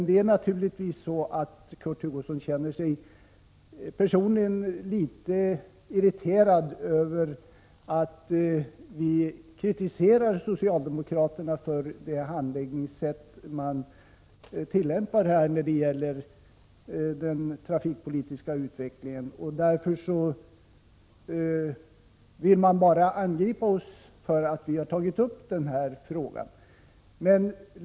Det är naturligtvis så att Kurt Hugosson personligen känner sig litet irriterad över att vi kritiserar socialdemokraterna för deras handläggningssätt när det gäller det trafikpolitiska utvecklingsarbetet. Därför vill man angripa oss för att vi tagit upp denna fråga.